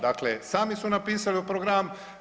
Dakle, sami su napisali u program.